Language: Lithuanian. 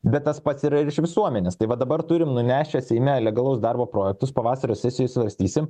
bet tas pats yra virš visuomenės tai va dabar turim nunešę seime legalaus darbo projektus pavasario sesijoj svarstysim